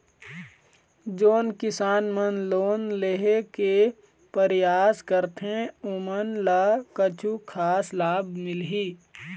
जोन किसान मन लोन लेहे के परयास करथें ओमन ला कछु खास लाभ मिलही?